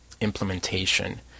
implementation